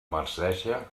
marceja